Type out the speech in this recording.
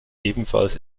ebenfalls